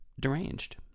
deranged